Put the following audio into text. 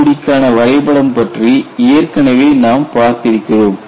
CTOD க்கான வரைபடம் பற்றி ஏற்கனவே நாம் பார்த்திருக்கிறோம்